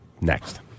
next